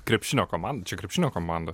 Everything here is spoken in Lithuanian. krepšinio komandą čia krepšinio komanda